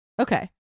Okay